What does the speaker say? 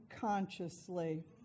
consciously